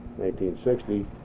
1960